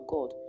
God